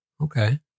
Okay